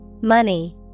Money